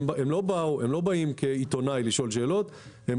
הם לא באים כעיתונאים לשאול שאלות אלא